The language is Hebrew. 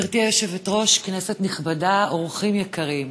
גברתי היושבת-ראש, כנסת נכבדה, אורחים יקרים,